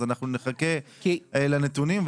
אז אנחנו נחכה לנתונים.